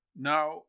Now